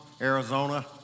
Arizona